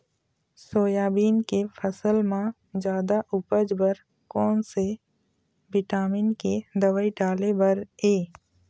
Soybean के फसल म जादा उपज बर कोन से विटामिन के दवई डाले बर ये?